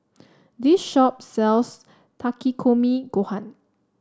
this shop sells Takikomi Gohan